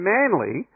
Manly